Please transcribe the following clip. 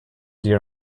dear